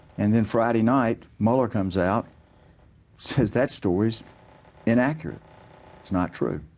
and then friday night, muller comes out says that story is inaccurate, is not true.